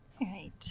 Right